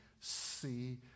see